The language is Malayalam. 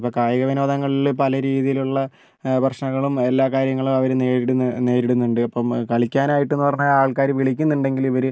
ഇപ്പോൾ കായിക വിനോദങ്ങളിൽ പല രീതിയിലുള്ള പ്രശ്നങ്ങളും എല്ലാ കാര്യങ്ങളും അവര് നേരിടുന്ന നേരിടുന്നുണ്ട് അപ്പം കളിക്കാൻ ആയിട്ട് എന്ന് പറഞ്ഞാൽ ആൾക്കാര് വിളിക്കുന്നുണ്ടെങ്കിലും ഇവര്